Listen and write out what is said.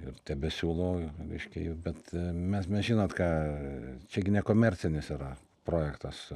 ir tebesiūlau reiškia jau bet mes mes žinot ką čia gi nekomercinis yra projektas